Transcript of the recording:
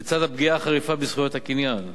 לצד הפגיעה החריפה בזכויות הקניין,